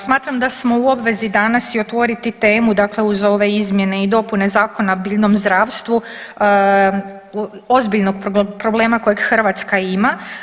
Smatram da smo u obvezi danas i otvoriti temu uz ove izmjene i dopune Zakona o biljnom zdravstvu ozbiljnog problema kojeg Hrvatska ima.